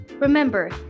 Remember